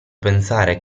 pensare